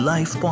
Life